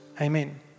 Amen